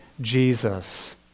Jesus